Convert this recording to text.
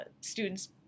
Students